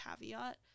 caveat